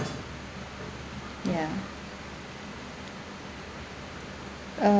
ya uh